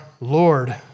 Lord